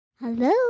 Hello